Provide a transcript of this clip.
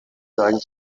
neigen